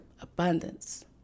abundance